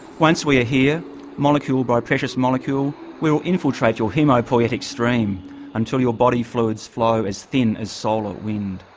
once we are here molecule by precious molecule we will infiltrate your haemopoetic stream until your body fluids flow as thin as solar wind.